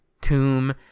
tomb